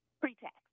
Pre-tax